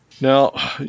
Now